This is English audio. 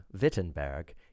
Wittenberg